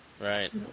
Right